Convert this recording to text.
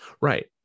Right